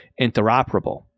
interoperable